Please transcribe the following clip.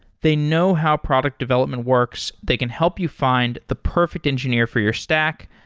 they know how product development works. they can help you find the perfect engineer for your stack,